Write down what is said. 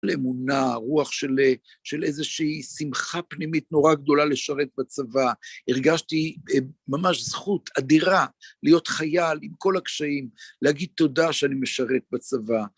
לאמונה, רוח של.. של איזשהי שמחה פנימית נורא גדולה לשרת בצבא. הרגשתי ממש זכות אדירה להיות חייל עם כל הקשיים, להגיד תודה שאני משרת בצבא.